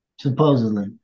Supposedly